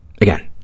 again